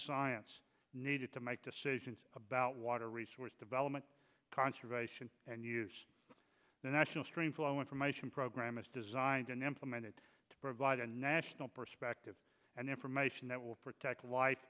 science needed to make decisions about water resource development conservation and use the national stream flow information program is designed and amended to provide a national perspective and information that will protect